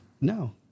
No